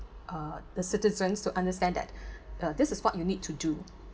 uh the citizens to understand that uh this is what you need to do